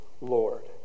Lord